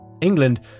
England